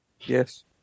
Yes